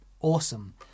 Awesome